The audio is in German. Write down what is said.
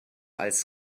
als